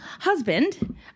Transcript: Husband